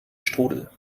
strudel